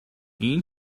این